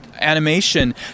animation